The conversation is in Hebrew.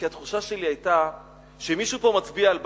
כי התחושה שלי היתה שמישהו פה מצביע על בעיה,